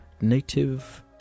native